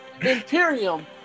Imperium